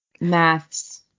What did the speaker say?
Maths